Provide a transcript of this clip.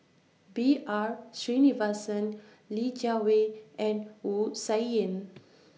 B R Sreenivasan Li Jiawei and Wu Tsai Yen